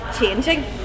changing